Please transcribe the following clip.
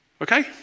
Okay